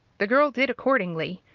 the girl did accordingly,